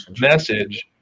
message